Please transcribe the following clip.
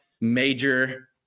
major